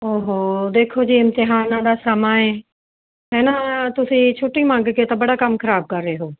ਓ ਹੋ ਦੇਖੋ ਜੀ ਇਮਤਿਹਾਨਾਂ ਦਾ ਸਮਾਂ ਹੈ ਹੈ ਨਾ ਤੁਸੀਂ ਛੁੱਟੀ ਮੰਗ ਕੇ ਤਾਂ ਬੜਾ ਕੰਮ ਖਰਾਬ ਕਰ ਰਹੇ ਹੋ